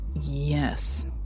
yes